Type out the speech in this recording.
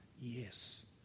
yes